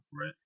right